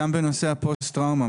גם בנושא הפוסט טראומה,